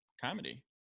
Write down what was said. Comedy